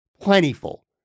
Plentiful